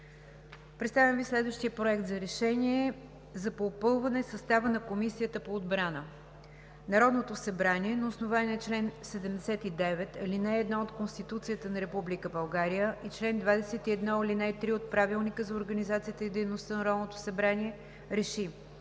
Представям Ви следващия Проект за решение за попълване състава на Комисията по отбрана: „Проект! РЕШЕНИЕ Народното събрание на основание чл. 79, ал. 1 от Конституцията на Република България и чл. 21, ал. 3 от Правилника за организацията и дейността на Народното събрание РЕШИ: